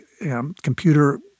computer